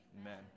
Amen